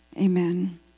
amen